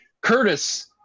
curtis